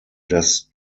das